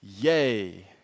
yay